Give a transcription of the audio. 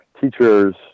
teachers